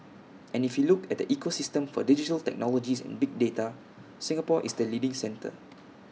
and if you look at the ecosystem for digital technologies and big data Singapore is the leading centre